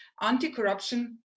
Anti-Corruption